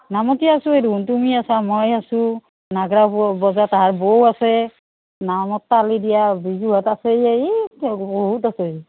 নামতি আছোঁ দেখুন তুমি আছা মই আছোঁ নাগৰা বজোৱা তাহাঁৰ বৌ আছে নামত তালি দিয়া বিজুহঁত আছে এই বহুত আছে